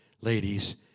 ladies